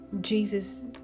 Jesus